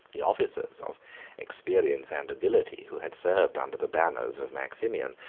the officers of experience and ability, who had served under the banners of maximian,